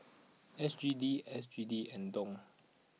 S G D S G D and Dong